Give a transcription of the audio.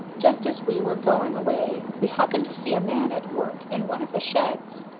just as we were going away we happened to see a man at work in one of the sheds.